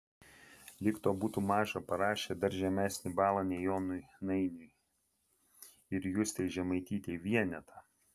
lyg to būtų maža parašė dar žemesnį balą nei jonui nainiui ir justei žemaitytei vienetą